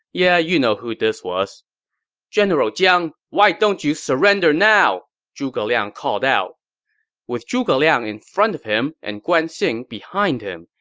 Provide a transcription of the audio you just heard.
yeah, you know who this was general jiang, why don't you surrender now? zhuge liang called out with zhuge liang in front of him and guan xing behind him,